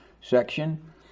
section